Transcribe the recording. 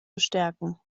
bestärken